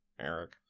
Eric